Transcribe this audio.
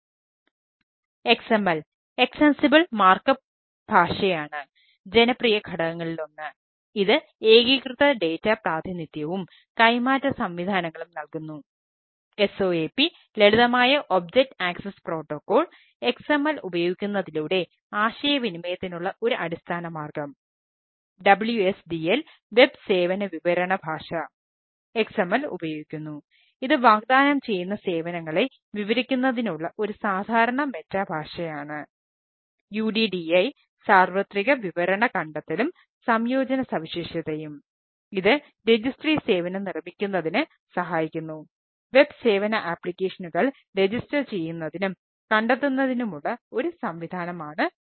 XML extensible markup ചെയ്യുന്നതിനും കണ്ടെത്തുന്നതിനുമുള്ള ഒരു സംവിധാനം ആണ് ഇത്